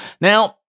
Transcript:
Now